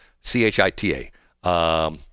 C-H-I-T-A